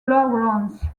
lawrence